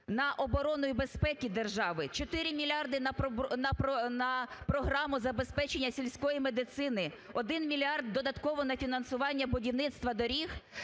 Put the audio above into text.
на оборону і безпеку держави, 4 мільярди на програму забезпечення сільської медицини, 1 мільярд додатково на фінансування будівництва доріг